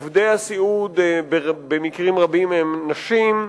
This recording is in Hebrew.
עובדי הסיעוד במקרים רבים הם נשים,